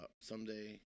Someday